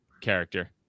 character